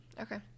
Okay